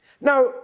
Now